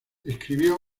escribió